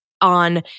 on